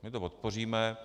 My to podpoříme.